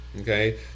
Okay